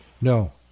No